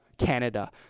Canada